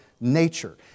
nature